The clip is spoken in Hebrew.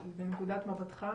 מנקודת מבטך,